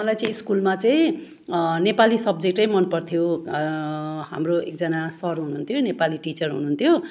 मलाई चाहिँ स्कुलमा चाहिँ नेपाली सबजेक्टै मन पर्थ्यो हाम्रो एकजना सर हुनुहुन्थ्यो नेपाली टिचर हुनुहुन्थ्यो